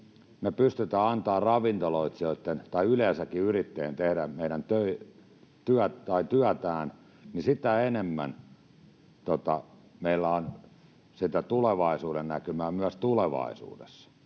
me pystytään antamaan ravintoloitsijoitten tai yleensäkin yrittäjien tehdä työtään, sitä enemmän meillä on sitä tulevaisuuden näkymää myös tulevaisuudessa